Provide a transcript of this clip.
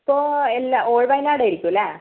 ഇപ്പോൾ എല്ലാ ഓൾ വയനാട് ആയിരിക്കും അല്ലേ